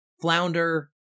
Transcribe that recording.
flounder